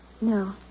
No